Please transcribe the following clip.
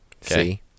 See